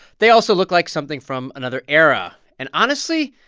they also look like something from another era. and honestly,